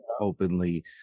openly